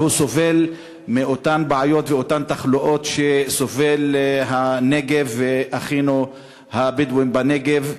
סובל מאותן בעיות ואותן תחלואות שמהן סובלים הנגב ואחינו הבדואים בנגב.